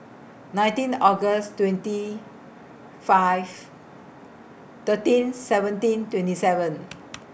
nineteen August twenty five thirteen seventeen twenty seven